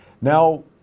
Now